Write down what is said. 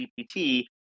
GPT